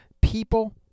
people